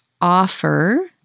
offer